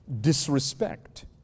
disrespect